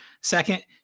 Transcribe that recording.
Second